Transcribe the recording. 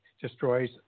destroys